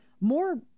more